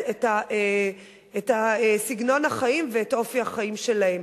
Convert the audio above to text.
את סגנון החיים ואת אופי החיים שלהם.